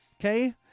okay